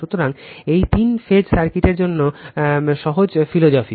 সুতরাং এটি তিন ফেজ সার্কিটের জন্য সহজ দর্শন